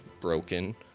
broken